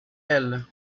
elles